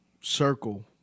circle